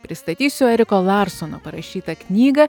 pristatysiu eriko larsono parašytą knygą